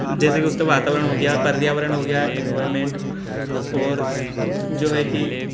जैसे कि उसका वातावरण हो गया पर्यावरण हो गया एनवायरमेंट और जो है कि